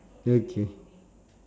okay